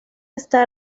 está